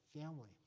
family